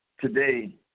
today